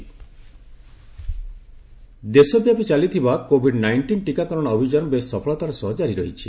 vaccine ଦେଶବ୍ୟାପୀ ଚାଲିଥିବା Covid nineteen ଟିକାକରଣ ଅଭିଯାନ ବେଶ୍ ସଫଳତାର ସହ ଜାରି ରହିଛି